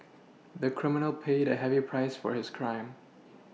the criminal paid a heavy price for his crime